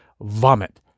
vomit